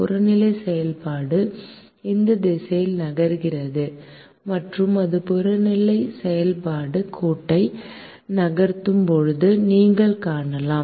புறநிலை செயல்பாடு இந்த திசையில் நகர்கிறது மற்றும் அது புறநிலை செயல்பாடு கோட்டை நகர்த்தும்போது நீங்கள் காணலாம்